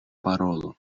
parolo